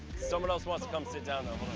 someone else wants to come sit down, though.